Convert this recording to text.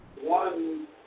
one